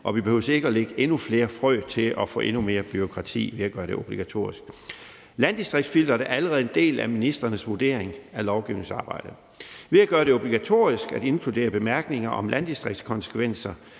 og vi behøver ikke at lægge endnu flere frø til at få endnu mere bureaukrati ved at gøre det obligatorisk. Landdistriktsfilteret er allerede en del af ministrenes vurdering i lovgivningsarbejdet. At gøre det obligatorisk at inkludere bemærkninger om landdistriktskonsekvenser